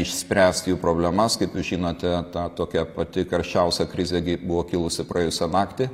išspręsti jų problemas kaip jūs žinote ta tokia pati karščiausia krizė gi buvo kilusi praėjusią naktį